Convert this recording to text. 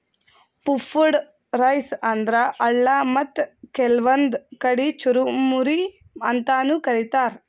puffed rice ಅಂದ್ರ ಅಳ್ಳ ಮತ್ತ್ ಕೆಲ್ವನ್ದ್ ಕಡಿ ಚುರಮುರಿ ಅಂತಾನೂ ಕರಿತಾರ್